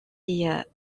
est